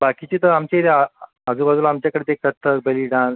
बाकीची तर आमची इथं आजूबाजूला आमच्याकडे ते कथ्थक बेली डान्स